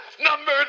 number